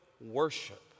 worship